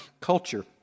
culture